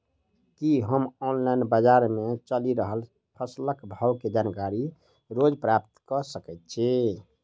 की हम ऑनलाइन, बजार मे चलि रहल फसलक भाव केँ जानकारी रोज प्राप्त कऽ सकैत छी?